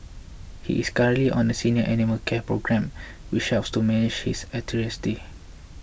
he is currently on a senior animal care programme which helps to manage his arthritis